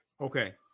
Okay